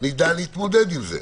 נדע להתמודד עם זה.